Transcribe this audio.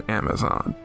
amazon